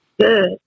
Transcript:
good